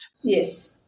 yes